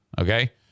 okay